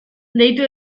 deitu